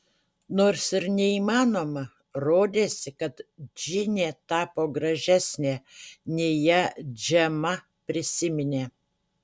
nors ir neįmanoma rodėsi kad džinė tapo gražesnė nei ją džema prisiminė